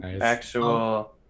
Actual